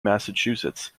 massachusetts